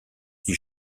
qui